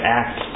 act